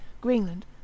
Greenland